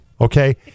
Okay